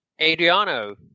Adriano